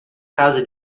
casa